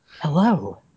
Hello